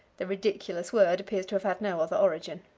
the ridiculous word appears to have had no other origin.